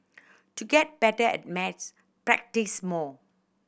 to get better at maths practise more